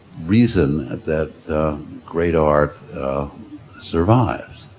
reason that great art survives.